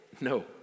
No